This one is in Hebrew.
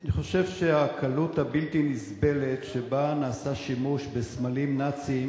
אני חושב שהקלות הבלתי-נסבלת שבה נעשה שימוש בסמלים נאציים